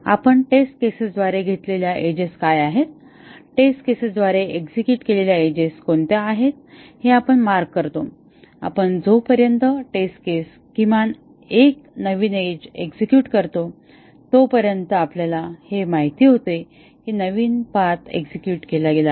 आपण टेस्ट केसेसद्वारे घेतलेल्या एजेस काय आहेत टेस्ट केसेसद्वारे एक्झेक्युट केलेल्या एजेस कोणत्या आहेत हे आपण मार्क करतो आणि जोपर्यंत टेस्ट केस किमान एक नवीन एज एक्झेक्युट करतो तोपर्यंत आपल्याला हे माहित होते की नवीन पाथ एक्झेक्युट केला गेला आहे